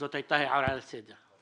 זאת הייתה הערה לסדר.